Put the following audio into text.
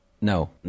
No